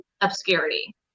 obscurity